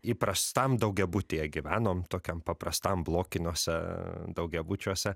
įprastam daugiabutyje gyvenom tokiam paprastam blokiniuose daugiabučiuose